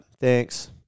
thanks